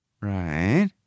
right